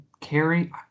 carry